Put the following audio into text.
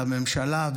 לממשלה,